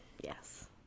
Yes